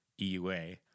EUA